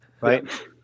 right